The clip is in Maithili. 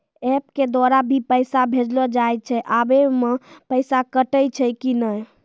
एप के द्वारा भी पैसा भेजलो जाय छै आबै मे पैसा कटैय छै कि नैय?